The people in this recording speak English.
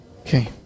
Okay